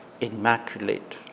immaculate